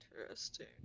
interesting